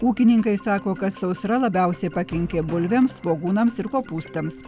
ūkininkai sako kad sausra labiausiai pakenkė bulvėms svogūnams ir kopūstams